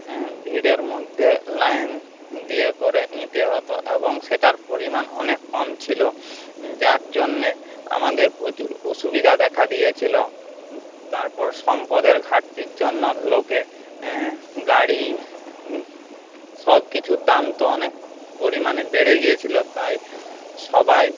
ভিড়ের মধ্যে লাইন দিয়ে করে নিতে হতো এবং সেটার পরিমাণ অনেক কম ছিল যার জন্যে আমাদের প্রচুর অসুবিধা দেখা দিয়েছিলো তারপর সম্পদের ঘাটতির জন্য লোকে গাড়ির সবকিছুর দাম তো অনেক পরিমাণে বেড়ে গিয়েছিলো তাই সবাই